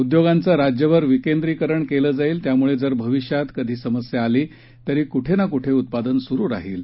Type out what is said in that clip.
उद्योगांचं राज्यभर विकेंद्रीकरण केलं जाईल त्यामुळे जर भविष्यात कधी समस्या आली तरी कुठेना कुठे उत्पादन सुरु राहील